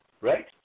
right